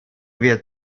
wird